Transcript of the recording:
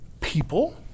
people